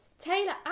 Taylor